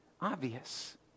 obvious